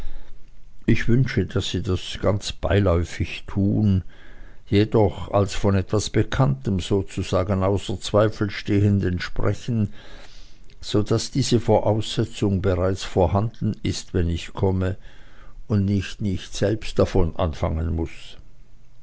ich wünsche daß sie das ganz beiläufig tun jedoch als von etwas bekanntem sozusagen außer zweifel stehendem sprechen so daß diese voraussetzung bereits vorhanden ist wenn ich komme und ich nicht selbst davon anfangen muß